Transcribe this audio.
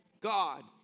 God